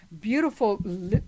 beautiful